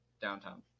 downtown